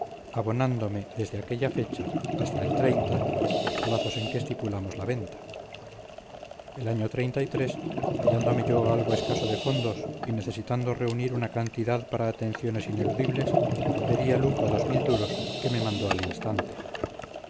abonándome desde aquella fecha hasta el los plazos en que estipulamos la venta el año hallándome yo algo escaso de fondos y necesitando reunir una cantidad para atenciones ineludibles pedí a luco dos mil duros que me mandó al instante